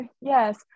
yes